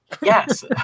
Yes